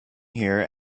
here